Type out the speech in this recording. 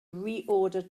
reorder